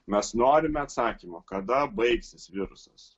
mes norime atsakymo kada baigsis virusas